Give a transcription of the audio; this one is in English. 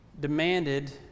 demanded